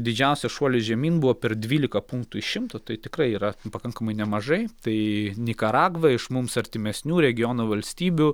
didžiausias šuolis žemyn buvo per dvylika punktų iš šimto tai tikrai yra pakankamai nemažai tai nikaragva iš mums artimesnių regiono valstybių